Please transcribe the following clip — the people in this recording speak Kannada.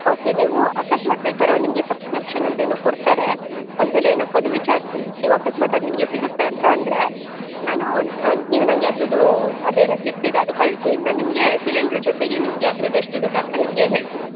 ಓಕೆ ನೀವು ಅಕಸ್ಮಾತ್ ಬೇಕಾದ್ರೆ ಅವ್ರು ನಿಮಗೆ ಸಬ್ಸ್ಕ್ರಿಪ್ಷನ್ ಅಂತೇನೋ ಕೊಡ್ತಾರೆ ಒಂದು ಸಲ ಏನಕ್ಕೂ ಅದು ವಿಚಾರಿಸಿ ನೀವು ಅಕಸ್ಮಾತ್ ಅದು ನಿಮಗೆ ಸಿಗುತ್ತೆ ಅಂತ ಅಂದರೆ ನಾನು ನೀನು ನನಗೆ ಅದ್ರದ್ದು ಅದೇನೋ ಸ್ಲಿಪ್ ಇದೆ ಅದು ಕಳಿಸಿ ನಾನು ನಿಮಗೆ ಸಿಲಿಂಡ್ರು ಜೊತೆಗೆ ನಿಮಗೆ ಅದ್ರದ್ದು ಎಷ್ಟು ದುಡ್ಡು ಅಂತ ನಿಮಗೆ ಹೇಳ್ತೀನಿ